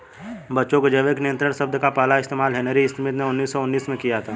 बच्चों जैविक नियंत्रण शब्द का पहला इस्तेमाल हेनरी स्मिथ ने उन्नीस सौ उन्नीस में किया था